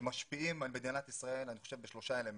שאני חושב שמשפיעים על מדינת ישראל בשלושה אלמנטים.